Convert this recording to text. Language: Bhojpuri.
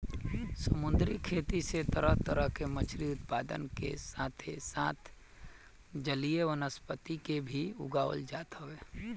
समुंदरी खेती से तरह तरह के मछरी उत्पादन के साथे साथ जलीय वनस्पति के भी उगावल जात हवे